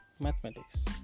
mathematics